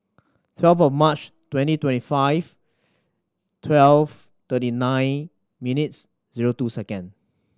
twelve of March twenty twenty five twelve thirty nine minutes zero two second